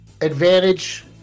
advantage